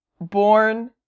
born